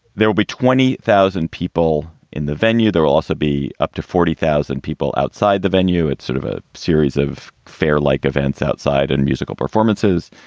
there will be twenty thousand people in the venue. there will also be up to forty thousand people outside the venue. it's sort of a series of fair like events outside and musical performances.